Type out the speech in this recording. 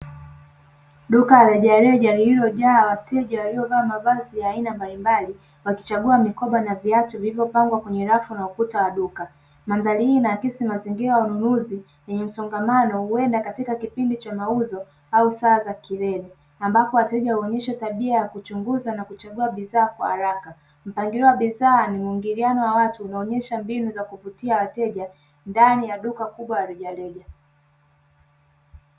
Duka la rejareja lililojaa wateja waliovaa mavazi ya aina mbalimbali wakichagua mikoba na viatu vilivyopangwa kwenye rafu na ukuta wa duka. Mandhari hii inaakisi mazingira ya wanunuzi yenye msongamano huenda katika kipindi cha mauzo au saa za kilele, ambapo wateja huonyesha tabia ya kuchunguza na kuchagua bidhaa kwa haraka. Mpangilio wa bidhaa ni mwingiliano wa watu unaonyesha mbinu za kuvutia wateja ndani ya duka kubwa la rejareja.